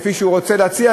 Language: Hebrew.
כפי שהוא רוצה להציע,